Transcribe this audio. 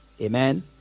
amen